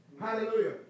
Hallelujah